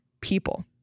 people